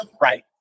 right